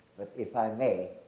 if i may,